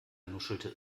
nuschelte